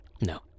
No